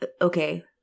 Okay